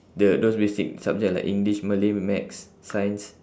the those basic subject like english malay maths science